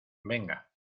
venga